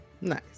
Nice